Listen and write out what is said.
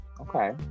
Okay